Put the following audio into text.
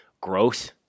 growth